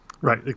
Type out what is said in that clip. Right